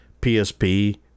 psp